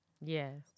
Yes